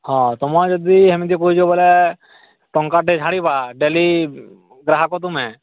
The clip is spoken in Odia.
ହଁ ତୁମେ ଯଦି ସେମିତି କହୁଛ ଵଲେ ଟଙ୍କାଟାଏ ଛାଡ଼ିବା ଡେଲି ଗ୍ରାହକ ତୁମେ